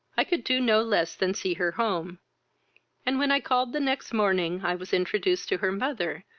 i could do no less than see her home and, when i called the next morning, i was introduced to her mother,